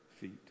feet